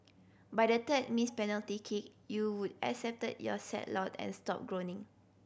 by the third missed penalty kick you would accepted your sad lot and stopped groaning